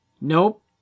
nope